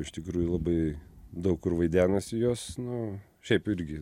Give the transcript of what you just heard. iš tikrųjų labai daug kur vaidenasi jos nu šiaip irgi